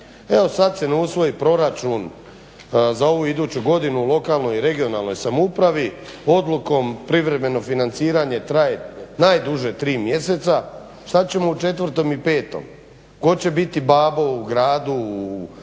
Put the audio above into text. sad se ne usvoji proračun za ovu iduću godinu u lokalnoj i regionalnoj samoupravi odlukom privremeno financiranje traje najduže tri mjeseca. Šta ćemo u četvrtom i petom? Tko će biti babo u gradu, u